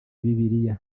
bibiriya